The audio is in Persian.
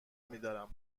میدارم